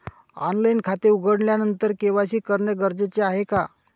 Online खाते उघडल्यानंतर KYC करणे गरजेचे आहे का?